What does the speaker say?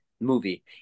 movie